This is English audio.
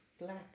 Black